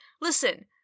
listen